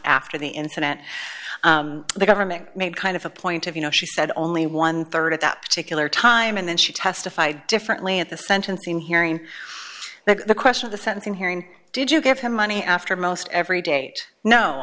after the incident the government made kind of a point of you know she said only one rd at that particular time and then she testified differently at the sentencing hearing that the question of the sentencing hearing did you give him money after most every date no